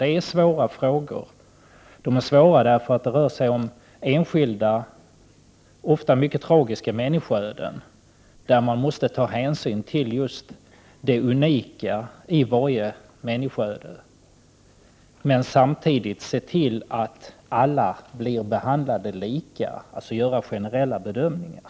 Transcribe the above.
Det är svåra frågor, eftersom det ofta rör sig om enskilda och inte sällan mycket tragiska människoöden, där man måste ta hänsyn till just det unika i varje människoöde samtidigt som man ser till att alla blir behandlade lika. Man måste alltså göra generella bedömningar.